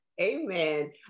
Amen